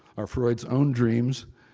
are freud's own dreams.